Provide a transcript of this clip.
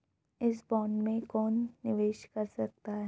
इस बॉन्ड में कौन निवेश कर सकता है?